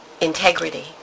integrity